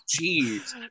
jeez